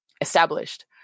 established